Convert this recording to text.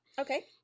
Okay